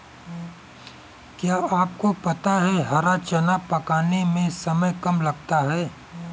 क्या आपको पता है हरा चना पकाने में समय कम लगता है?